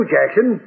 Jackson